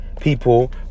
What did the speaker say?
people